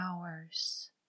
hours